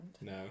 no